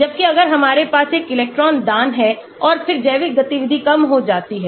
जबकि अगर हमारे पास एक इलेक्ट्रॉन दान है और फिर जैविक गतिविधि कम हो जाती है